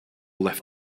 left